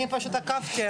אני עקבתי,